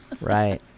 Right